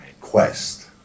quest